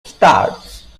starts